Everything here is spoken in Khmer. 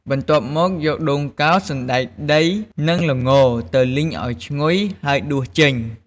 បន្ទាប់មក យកដូងកោស សណ្តែកដី និង ល្ង ទៅលីងឱ្យឈ្ងុយ ហើយដួសចេញ។